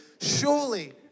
surely